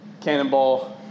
cannonball